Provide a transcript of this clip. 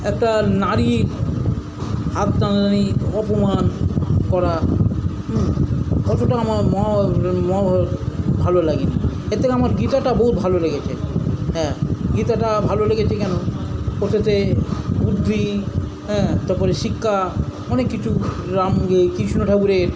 একটা নারীর হাত টানাটানি অপমান করা অতটা আমার মহা মহাভারত ভালো লাগেনি এর থেকে আমার গীতাটা বহুত ভালো লেগেছে হ্যাঁ গীতাটা ভালো লেগেছে কেন ওটাতে বুদ্ধি হ্যাঁ তারপরে শিক্ষা অনেক কিছু রাম ইয়ে কৃষ্ণ ঠাকুরের